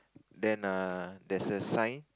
then err there's a sign